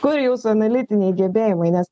kur jūsų analitiniai gebėjimai nes